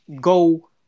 go